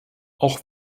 auch